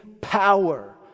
power